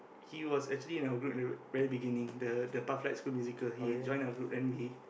he was actually in our group in the very beginning the the pathlight musical he join our group then he